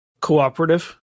cooperative